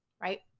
right